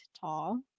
tall